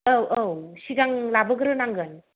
औ औ सिगां लाबोग्रोनांगोन